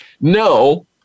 No